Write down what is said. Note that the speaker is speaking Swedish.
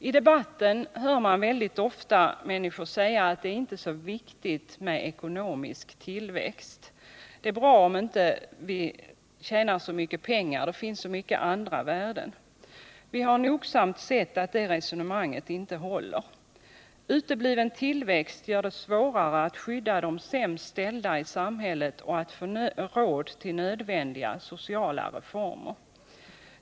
I debatten hör man väldigt ofta människor säga att det inte är så viktigt med ekonomisk tillväxt, att det är bra om vi inte tjänar så mycket pengar, att det finns så många andra värden. Vi har nogsamt sett att det resonemanget inte håller. Utebliven tillväxt gör det svårare att skydda de sämst ställda i samhället och att få råd till nödvändiga sociala reformer.